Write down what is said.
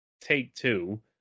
Take-Two